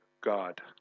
God